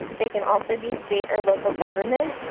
they can also be state or local governments.